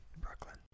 Brooklyn